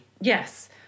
yes